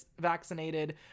vaccinated